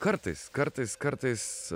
kartais kartais kartais